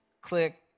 click